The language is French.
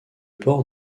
port